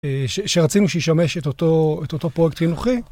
שרצינו שישמש את אותו פרויקט חינוכי.